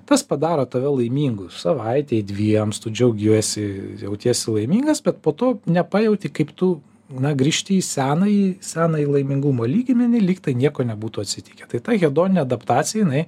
tas padaro tave laimingu savaitei dviems tu džiaugiesi jautiesi laimingas bet po to nepajauti kaip tu na grįžti į senąjį senąjį laimingumo lygmenį lyg tai nieko nebūtų atsitikę tai ta hedoninė adaptacija jinai